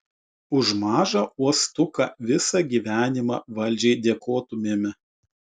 už mažą uostuką visą gyvenimą valdžiai dėkotumėme